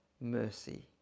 mercy